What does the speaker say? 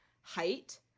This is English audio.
height